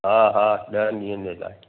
हा हा ॾहनि ॾींहनि जे लाइ